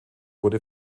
wurde